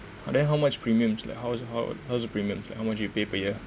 but then how much premiums like how's how how's the premiums like how much you pay per year